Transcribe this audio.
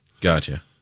Gotcha